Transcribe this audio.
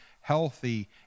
healthy